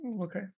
Okay